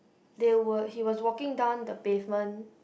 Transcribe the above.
they were he was walking down the pavement